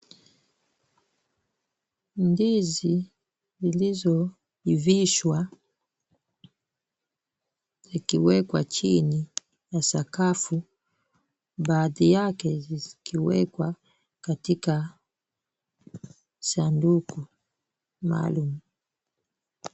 Ndizi zilizoivishwa ikiwekwa chini ya sakafu ,baadhi yake ikiwekwa katika sanduku maalum.